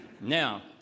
now